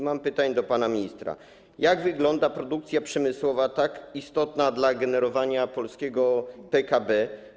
Mam pytanie do pana ministra: Jak wygląda produkcja przemysłowa, tak istotna dla generowania polskiego PKB?